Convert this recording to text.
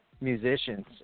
musicians